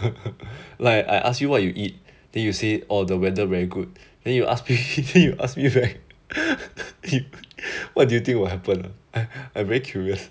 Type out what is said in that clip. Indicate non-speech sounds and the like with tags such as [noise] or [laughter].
[laughs] like I ask you what you eat then you say oh the weather very good then you ask [laughs] you ask me [laughs] like [laughs] [laughs] what do you think will happen [laughs] I very curious